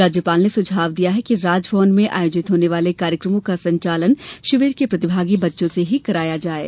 राज्यपाल ने सुझाव दिया कि राजभवन में आयोजित होने वाले कार्यक्रमों का संचालन शिविर के प्रतिभागी बच्चों से ही कराया जाये